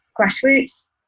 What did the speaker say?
grassroots